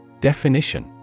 Definition